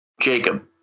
Jacob